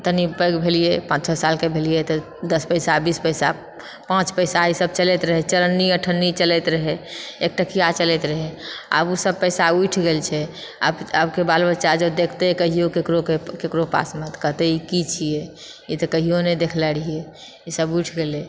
तनि पैघ भेलिऐ पाँच छओ साल कऽ भेलिऐ तऽ दश पैसा बीस पैसा पाँच पैसा ई सभ चलैत रहै चरन्नी अठन्नी चलैत रहै एकटकिआ चलैत रहै आब ओ सभ पैसा उठि गेल छै आब आबके बाल बच्चा जौ देखतै कहियौ ककरो कऽ केकरो पासमे तऽ कहतै ई की छिऐ ई तऽ कहियो नहि देखले रहिऐ ई सभ उठि गेलए